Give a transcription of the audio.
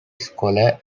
scholar